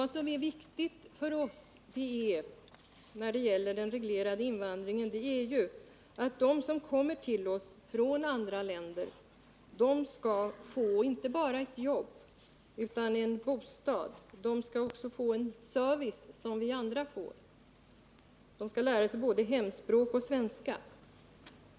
Det viktiga för oss när det gäller den reglerade invandringen är att de människor som kommer till oss från andra länder skall få inte bara ett jobb utan en bostad och den service som vi andra får. De skall lära sig både hemspråk och svenska.